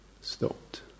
stopped